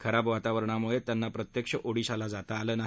खराब वातावरणाम्ळे त्यांना प्रत्यक्ष ओडिशाला जाता आलं नाही